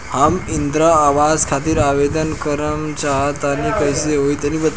हम इंद्रा आवास खातिर आवेदन करल चाह तनि कइसे होई तनि बताई?